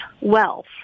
wealth